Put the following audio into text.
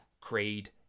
creed